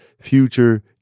Future